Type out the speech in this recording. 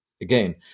again